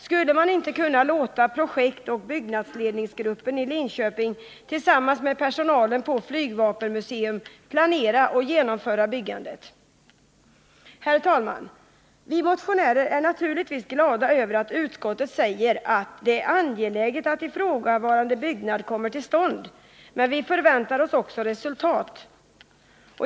Skulle man inte kunna låta projektoch byggnadsledningsgruppen i Linköping tillsammans med personalen på flygvapenmuseet planera och genomföra bygget? Herr talman! Vi motionärer är naturligtvis glada över att utskottet säger att det är angeläget att ifrågavarande byggnad kommer till stånd, men vi förväntar oss också resultat.